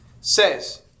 says